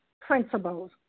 principles